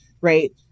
right